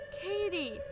Katie